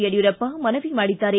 ಯಡಿಯೂರಪ್ಪ ಮನವಿ ಮಾಡಿದ್ದಾರೆ